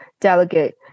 delegate